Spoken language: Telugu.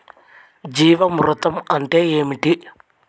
జీవామృతం అంటే ఏమిటి?